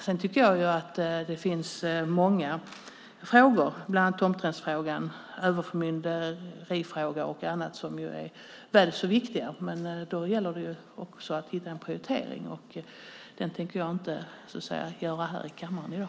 Jag tycker att det finns många frågar, bland annat tomträttsfrågan och överförmynderifrågan, som är väl så viktiga. Men det gäller ju att hitta en prioritering. Den tänker jag inte göra här i kammaren i dag.